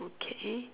okay